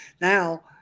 now